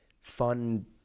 fun